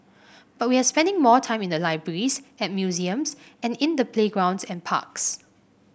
but we are spending more time in the libraries at museums and in the playgrounds and parks